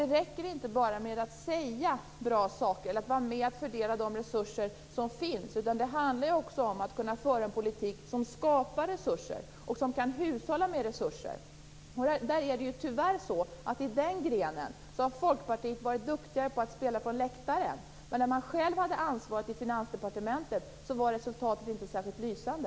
Det räcker inte med att bara säga bra saker eller vara med och fördela de resurser som finns. Det handlar också om att kunna föra en politik som skapar resurser och som innebär hushållning med resurser. I den grenen har Folkpartiet tyvärr varit duktigare på att spela från läktaren. När man själv hade ansvaret i Finansdepartementet var resultatet inte särskilt lysande.